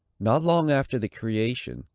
not long after the creation,